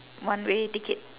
one way ticket